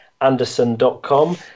anderson.com